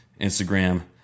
Instagram